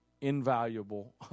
invaluable